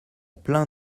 plein